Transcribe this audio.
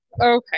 okay